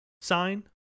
sign